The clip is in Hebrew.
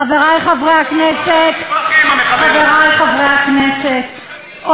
חברי חברי הכנסת,